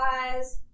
guys